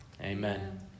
Amen